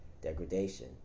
degradation